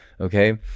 Okay